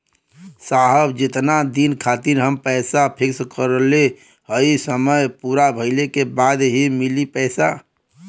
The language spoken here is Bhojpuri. साहब जेतना दिन खातिर हम पैसा फिक्स करले हई समय पूरा भइले के बाद ही मिली पैसा?